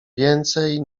więcej